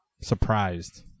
surprised